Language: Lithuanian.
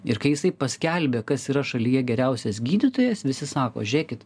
ir kai jisai paskelbė kas yra šalyje geriausias gydytojas visi sako žėkit